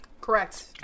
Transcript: Correct